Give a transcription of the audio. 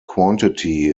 quantity